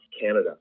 Canada